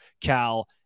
Cal